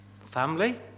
Family